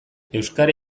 euskara